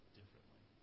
differently